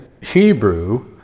Hebrew